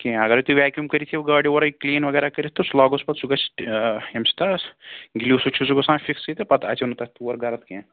کینٛہہ اگرَے تُہۍ ویٚکیوٗم کٔرِتھ یِیِو گاڑِ اورَے کلیٖن وَغیرہ کٔرِتھ سُہ لاگوس پَتہٕ سُہ گَژھِ ییٚمہِ سۭتۍ حظ گٕلیوٗ سۭتۍ چھُ سُہ گَژھان فِکسٕے تہٕ پَتہٕ اَژیو نہٕ تَتھ تور گرد کینٛہہ